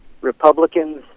Republicans